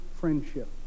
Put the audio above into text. friendship